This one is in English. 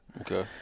okay